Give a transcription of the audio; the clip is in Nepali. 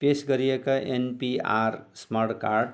पेस गरिएका एनपिआर स्मार्ट कार्ड